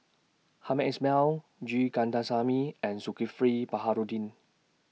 Hamed Ismail G Kandasamy and Zulkifli Baharudin